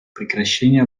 прекращение